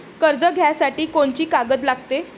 कर्ज घ्यासाठी कोनची कागद लागते?